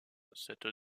cette